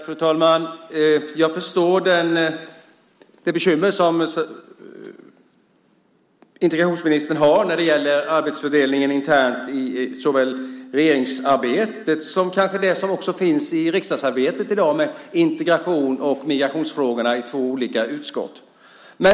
Fru talman! Jag förstår de bekymmer som integrationsministern har när det gäller arbetsfördelningen internt i såväl regeringsarbetet som kanske också riksdagsarbetet i dag med integrations och migrationsfrågorna i två olika utskott.